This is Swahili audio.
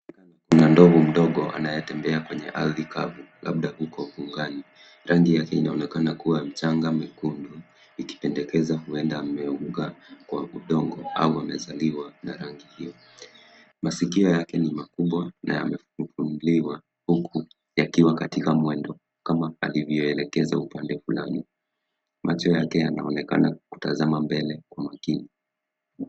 Kuna ndovu mdogo anayetembea kwenye ardhi kavu, labda huko mbugani. Rnagi yake inaonekana kuwa ya mchanga mwekundu ikipendekeza huenda ameanguka kwa udongo au amezaliwa na rangi hio. Masikio yake ni makubwa na yamefunguliwa huku yakiwa katika mwendo kama alivyoelekeza upande fulani. Macho yake yanaonekana kutazama mbele kwa makini.